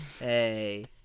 Hey